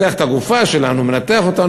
הוא מנתח את הגופה שלנו,